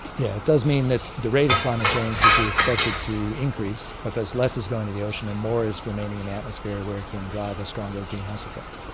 yeah does mean that the rate of climate change would be expected to increase because less is going into the ocean and more is remaining in the atmosphere where it can drive a stronger greenhouse effect.